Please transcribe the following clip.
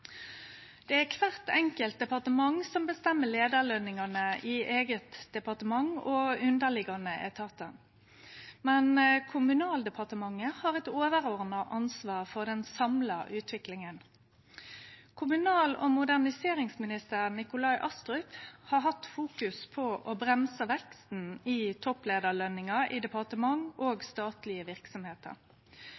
Det er kvart enkelt departement som bestemmer leiarløningane i eige departement og underliggjande etatar, men Kommunal- og moderniseringsdepartementet har eit overordna ansvar for den samla utviklinga. Kommunal- og moderniseringsminister Nikolai Astrup har hatt fokus på å bremse veksten i toppleiarløningar i departement og